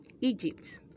Egypt